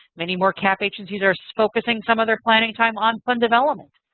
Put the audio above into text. many more cap agencies are focusing some of their planning time on fund development.